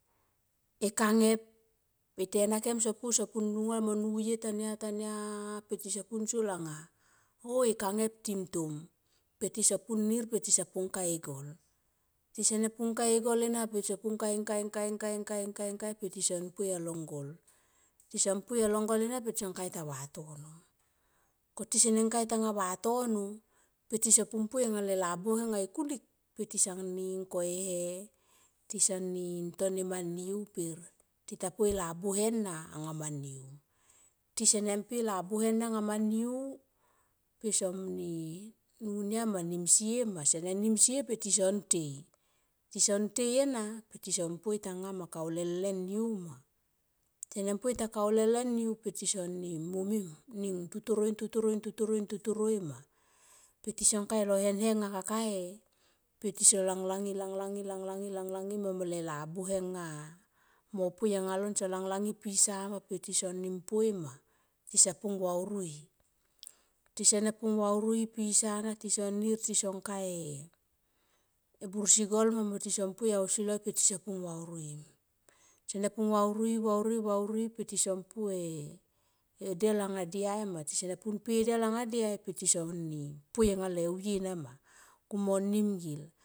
E kanep e tena kem sompu sopu longa mo nuye tania tania pe tisomp sol anga oh e kangep tim to pe tisompu nir pe tisan pu ka e gol. Ti sene pung ka e gol ena pe tsompu i ngkai ngkai ngkai ngka pe tison poi along ngol tison poi along gol ena pe tsong kai tavatono. Totisan kai ta vatono pe tisompu poi ale labuhe anga e kulik pe tisanin ko e he tisan nin tone ma niu per tita po e labuhe na anga ma niu tisana po e labuhe na anga ma niu pe son ni nunia ma nim sie ma sene nim sie tisonin tei. Tison tei ena pe tison poi tonga kaulele niu ma sen poi tang kau lele niu pe tesoni tutoroi tutoroi tutoroi ma pe tison ka e henga kakae pe tison lang lang i lang lang i lang lang i ma mele e labuhe nga mo poi anga lon lang langi pisa ma pe tisoni mpoi ma tisan pu vauri i tisane vauri i pisan na tison nir tison ka e bur sigol ma mo tison poi ausi loi pe tison pu vauri i tsene pu vauri i vauri i vauri i pe tison po e delanga diai ma tisan mpu del anga dilai petison nin polanga le vue nama ku mo nim ngil.